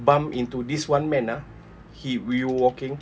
bump into this one man ah he we were walking